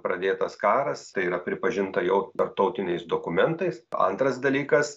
pradėtas karas tai yra pripažinta jau tarptautiniais dokumentais antras dalykas